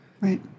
Right